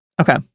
okay